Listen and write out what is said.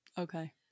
Okay